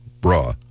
bra